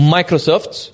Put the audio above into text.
Microsoft